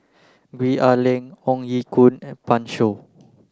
Gwee Ah Leng Ong Ye Kung and Pan Shou